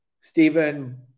Stephen